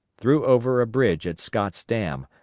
threw over a bridge at scott's dam,